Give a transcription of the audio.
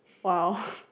!wow!